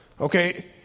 Okay